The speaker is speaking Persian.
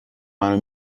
منو